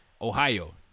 Ohio